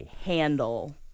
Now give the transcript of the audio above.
handle